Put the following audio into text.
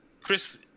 Chris